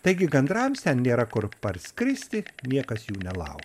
taigi gandrams ten nėra kur parskristi niekas jų nelau